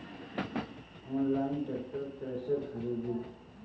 Online tractor कैसे खरदी?